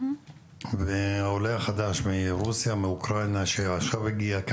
עולה חדש מאוקראינה שהגיע עכשיו,